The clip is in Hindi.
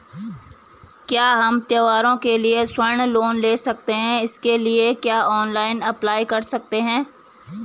क्या हम त्यौहारों के लिए स्वर्ण लोन ले सकते हैं इसके लिए क्या ऑनलाइन अप्लाई कर सकते हैं?